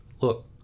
look